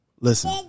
Listen